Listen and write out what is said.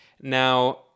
Now